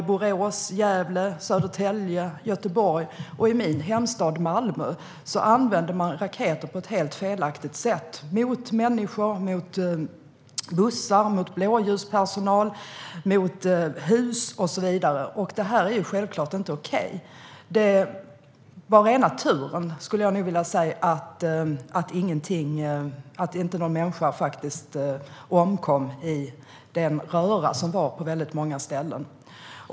I Borås, Gävle, Södertälje, Göteborg och min hemstad Malmö använde man raketer på ett helt felaktigt sätt - mot människor, mot bussar, mot blåljuspersonal, mot hus och så vidare. Detta är självklart inte okej. Det var rena turen att inte någon människa omkom i den röra som rådde på många ställen.